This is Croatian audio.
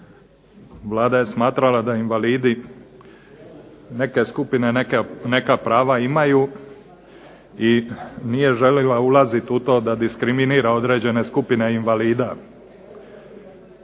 Vlada je smatra da invalidi, neke skupine neka prava imaju i nije želila ulaziti u to da diskriminira određene skupine invalida.